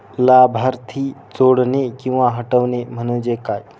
लाभार्थी जोडणे किंवा हटवणे, म्हणजे काय?